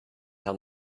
tell